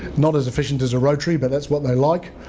not as efficient as a rotary but that's what they like.